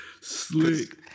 Slick